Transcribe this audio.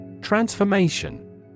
Transformation